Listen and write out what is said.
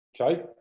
Okay